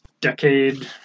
decade